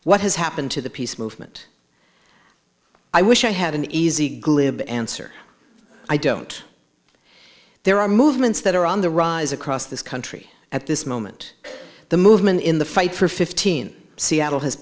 what has happened to the peace movement i wish i had an easy glib answer i don't there are movements that are on the rise across this country at this moment the movement in the fight for fifteen seattle has